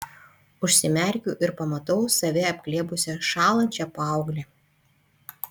užsimerkiu ir pamatau save apglėbusią šąlančią paauglę